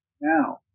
now